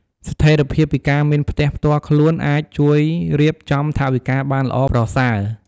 ស្ថេរភាពពីការមានផ្ទះផ្ទាល់ខ្លួនអាចជួយរៀបចំថវិកាបានល្អប្រសើរ។